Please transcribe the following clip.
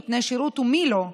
נותני שירות ומי לא,